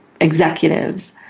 executives